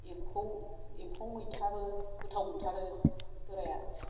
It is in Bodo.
एमफौ एमफौ मैथाबो गोथाव मोनथारो बोराया